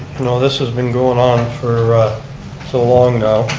you know this has been going on for so long now.